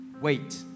wait